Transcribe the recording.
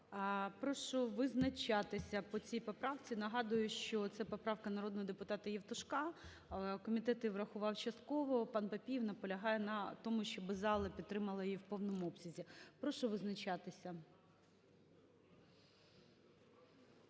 Прошу визначатися по цій поправці, нагадую, що це поправка народного депутатаЄвтушка, комітет її врахував частково. Пан Папієв наполягає на тому, щоб зала підтримала її в повному обсязі. Прошу визначатися.